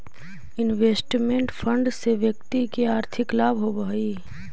investment fund से व्यक्ति के आर्थिक लाभ होवऽ हई